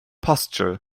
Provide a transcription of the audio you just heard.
posture